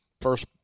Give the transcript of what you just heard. first